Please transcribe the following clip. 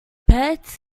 beds